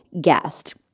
guest